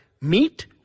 meet